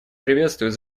приветствует